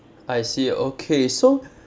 I see okay so